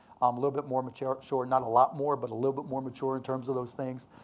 little bit more mature. sure, not a lot more, but a little bit more mature in terms of those things.